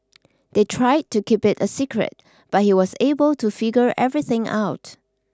they tried to keep it a secret but he was able to figure everything out